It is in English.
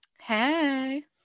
hey